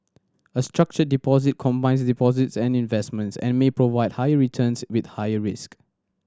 a structured deposit combines deposits and investments and may provide higher returns with higher risk